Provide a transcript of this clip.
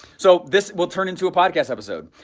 so this will turn into a podcast episode.